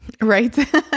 Right